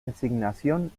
designación